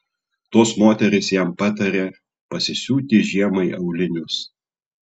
tos moterys jam patarė pasisiūti žiemai aulinius